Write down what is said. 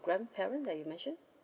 grandparent that you mentioned